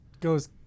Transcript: goes